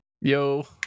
yo